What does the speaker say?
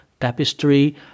tapestry